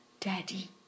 Daddy